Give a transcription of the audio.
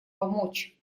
помочь